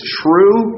true